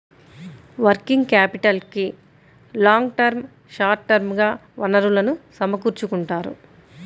working క్యాపిటల్కి long term, short term గా వనరులను సమకూర్చుకుంటారు